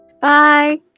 Bye